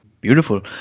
Beautiful